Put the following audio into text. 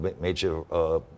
major